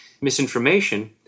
misinformation